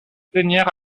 tenir